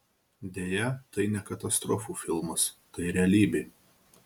deja tai ne katastrofų filmas tai realybė